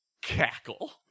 cackle